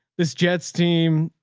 this jets team,